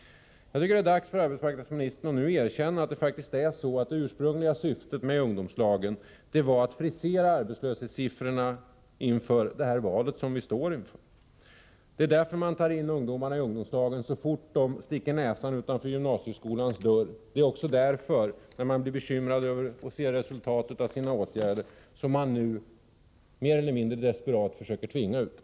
Jag tycker att det är dags för arbetsmarknadsministern att erkänna att det ursprungliga syftet med ungdomslagen var att frisera arbetslöshetssiffrorna inför valet i höst. Det är därför man tar in ungdomarna i ungdomslagen så fort de sticker näsan utanför gymnasieskolans dörr, och det är när man blir bekymrad över att se resultatet av sina åtgärder som man nu mer eller mindre desperat försöker tvinga ungdomarna.